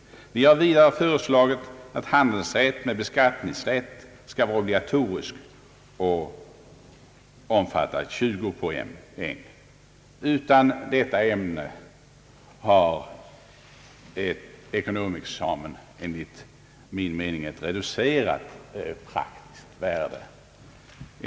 Vi har vidare föreslagit att ämnet handelsrätt med beskattningsrätt skall vara obligatoriskt och omfatta 20 poäng. Utan detta ämne har ekonomexamen enligt min mening ett reducerat praktiskt värde.